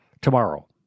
tomorrow